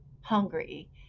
hungry